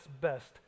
best